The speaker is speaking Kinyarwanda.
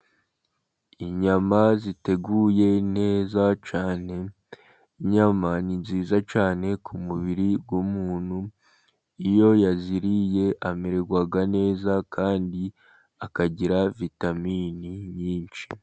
Inyama ziteguye neza cyane. Inyama ni nziza cyane ku mubiri w’umuntu. Iyo yaziriye, amererwa neza kandi akagira vitamini nyinshi.